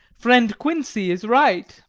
friend quincey is right!